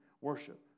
worship